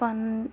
پَن